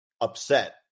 upset